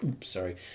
sorry